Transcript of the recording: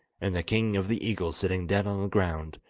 and the king of the eagles sitting dead on the ground,